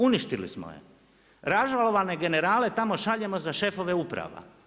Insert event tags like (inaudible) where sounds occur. Uništili smo je. … (unintelligible) generale tamo šaljemo za šefove uprava.